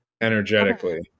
energetically